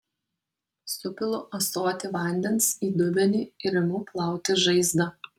supilu ąsotį vandens į dubenį ir imu plauti žaizdą